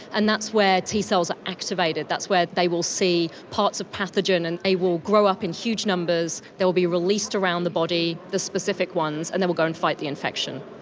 and that's where t cells are activated, that's where they will see parts of pathogen and they will grow up in huge numbers, they will be released around the body, the specific ones, and they will go and fight the infection.